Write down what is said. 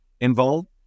involved